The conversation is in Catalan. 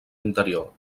interior